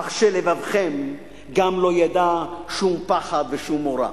אך שלבבכם גם לא ידע שום פחד ושום מורא.